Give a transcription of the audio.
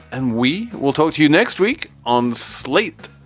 and we will talk to you next week on slate.